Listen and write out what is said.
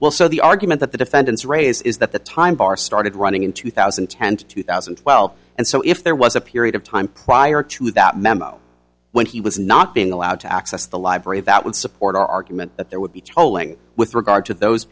well so the argument that the defendants raise is that the time bar started running in two thousand and ten to two thousand and twelve and so if there was a period of time prior to that memo when he was not being allowed to access the library that would support our argument that there would be tolling with regard to those